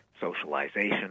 socialization